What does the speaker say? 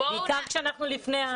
בעיקר כשאנחנו לפני החורף.